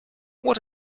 what